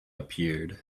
appeared